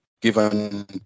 given